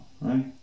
Right